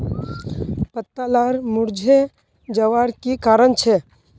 पत्ता लार मुरझे जवार की कारण छे?